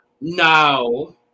no